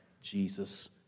Jesus